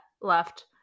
left